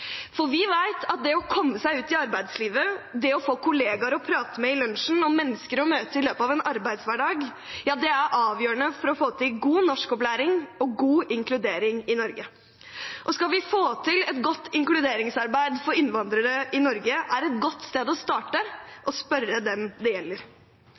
Vi vet at det å komme seg ut i arbeidslivet og det å få kollegaer å prate med i lunsjen og mennesker å møte i løpet av en arbeidshverdag er avgjørende for å få til god norskopplæring og god inkludering i Norge. Skal vi få til et godt inkluderingsarbeid for innvandrere i Norge, er et godt sted å starte å spørre dem det gjelder.